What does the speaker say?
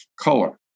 color